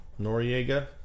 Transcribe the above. Noriega